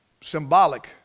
symbolic